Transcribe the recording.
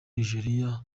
nigeriya